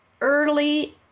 early